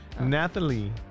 Nathalie